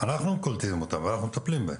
אנחנו קולטים אותם ומטפלים בהם.